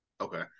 Okay